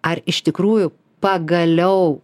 ar iš tikrųjų pagaliau